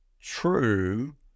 true